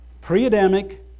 pre-Adamic